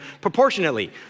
proportionately